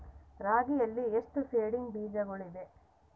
ರಾಗಿಯಲ್ಲಿ ಎಷ್ಟು ಸೇಡಿಂಗ್ ಬೇಜಗಳಿವೆ?